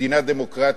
מדינה דמוקרטית,